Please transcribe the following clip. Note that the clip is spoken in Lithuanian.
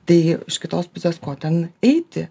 tai iš kitos pusės ko ten eiti